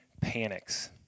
panics